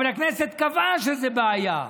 הכנסת קבעה שזה בעיה.